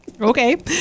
Okay